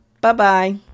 Bye-bye